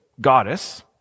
goddess